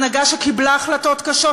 הנהגה שקיבלה החלטות קשות,